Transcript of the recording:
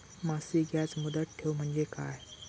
मासिक याज मुदत ठेव म्हणजे काय?